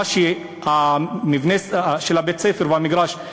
מבנה בית-הספר והמגרש,